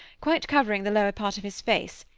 quite covering the lower part of his face,